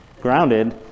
grounded